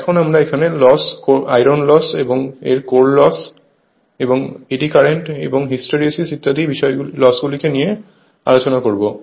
এখন আমরা iron loss যা এর কোর লস এবং এডি কারেন্ট এবং হিস্টেরেসিস ইত্যাদি লসগুলিকে নিয়ে আলোচনা করবো